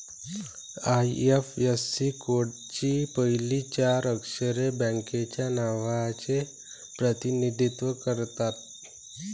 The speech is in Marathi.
आय.एफ.एस.सी कोडची पहिली चार अक्षरे बँकेच्या नावाचे प्रतिनिधित्व करतात